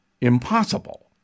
impossible